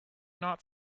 not